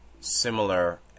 similar